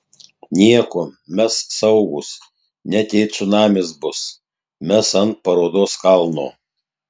nieko mes saugūs net jei cunamis bus mes ant parodos kalno